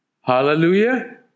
Hallelujah